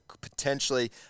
potentially